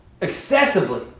excessively